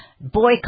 Boycott